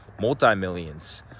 multi-millions